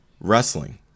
Wrestling